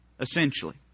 essentially